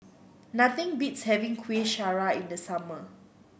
nothing beats having Kueh Syara in the summer